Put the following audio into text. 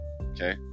Okay